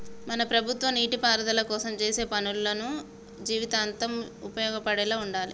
మన ప్రభుత్వం నీటిపారుదల కోసం చేసే పనులు జీవితాంతం ఉపయోగపడేలా ఉండాలి